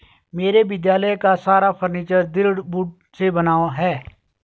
मेरे विद्यालय का सारा फर्नीचर दृढ़ वुड से बना है